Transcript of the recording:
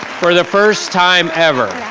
for the first time ever.